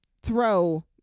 throw